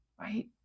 right